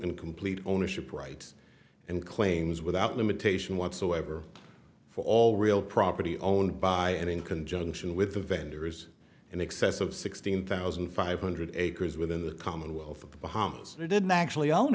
and complete ownership rights and claims without limitation whatsoever for all real property owned by and in conjunction with the vendors in excess of sixteen thousand five hundred acres within the commonwealth of the bahamas they didn't actually own